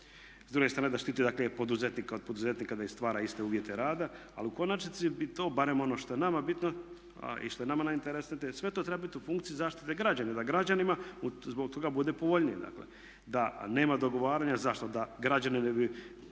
S druge strane da štiti, dakle poduzetnika od poduzetnika da stvara iste uvjete rada. Ali u konačnici bi to barem ono što je nama bitno i što je nama najinteresantnije sve to treba biti u funkciji zaštite građana da građanima zbog toga bude povoljnije. A nema dogovaranja zašto? Da građani ne bi